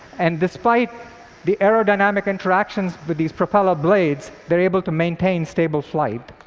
and despite the aerodynamic interactions with these propeller blades, they're able to maintain stable flight.